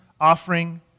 offering